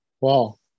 Wow